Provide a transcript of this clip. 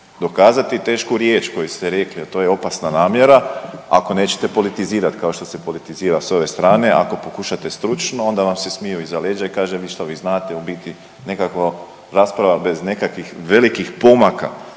dokazati tešku riječ koju ste rekli, a to je opasna namjera, ako nećete politizirati kao što se politizira s ove strane, ako pokušate stručno onda vam se smiju iza leđa i kaže što vi znate u biti nekako rasprava bez nekakvih velikih pomaka